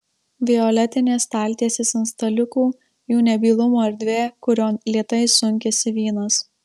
violetinės staltiesės ant staliukų jų nebylumo erdvė kurion lėtai sunkiasi vynas